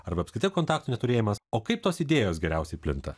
arba apskritai kontaktų neturėjimas o kaip tos idėjos geriausiai plinta